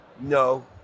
no